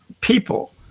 people